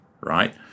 right